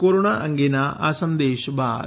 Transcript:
corona અંગેના આ સંદેશ બાદ